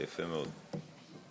יפה מאוד.